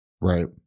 Right